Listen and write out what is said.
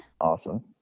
Awesome